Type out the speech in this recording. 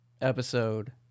episode